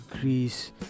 Greece